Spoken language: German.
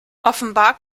offenbar